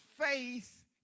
Faith